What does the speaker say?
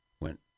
went